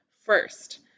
first